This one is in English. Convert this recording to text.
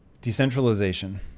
decentralization